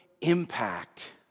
impact